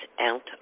out